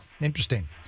Interesting